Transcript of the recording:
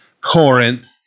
Corinth